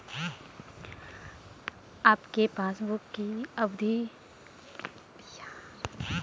आपके पासबुक अधिक और न्यूनतम अवधि की कौनसी स्कीम है?